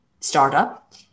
startup